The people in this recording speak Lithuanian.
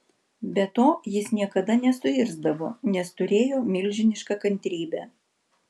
be to jis niekada nesuirzdavo nes turėjo milžinišką kantrybę